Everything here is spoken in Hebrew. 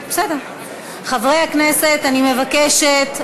חברי הכנסת, אני מבקשת.